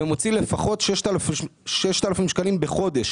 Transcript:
ומוציא לפחות 6,000 שקלים בחודש.